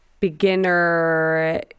beginner